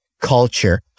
culture